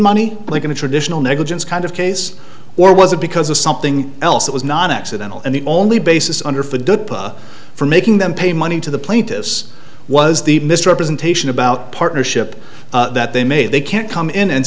money i think in a traditional negligence kind of case or was it because of something else that was not accidental and the only basis under fire for making them pay money to the plaintiffs was the misrepresentation about partnership that they made they can't come in and